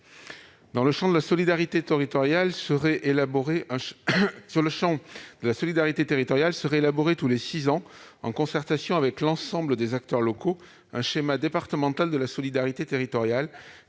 Dans le champ de la solidarité territoriale serait élaboré, tous les six ans, en concertation avec l'ensemble des acteurs locaux, un schéma départemental de la solidarité territoriale